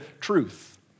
truth